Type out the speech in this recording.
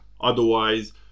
otherwise